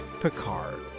Picard